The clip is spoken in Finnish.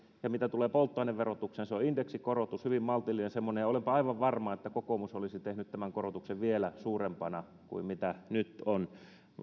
ja mitä tulee polttoaineverotukseen se on indeksikorotus hyvin maltillinen semmoinen ja olenpa aivan varma että kokoomus olisi tehnyt tämän korotuksen vielä suurempana kuin mikä se nyt on